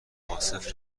عاصف